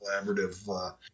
collaborative